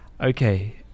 Okay